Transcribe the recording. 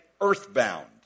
earthbound